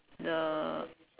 the